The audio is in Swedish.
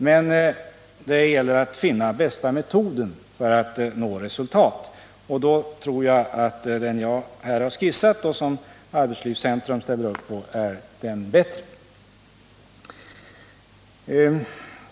Det gäller emellertid att finna den bästa metoden för att nå resultat, och jag tror att den metod som jag här har skisserat och som stöds av arbetslivscentrum är den bättre.